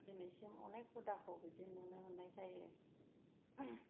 दिनैसिम अनेख हुदाखौ बिदि नुनो मोननाय जायो